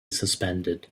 suspended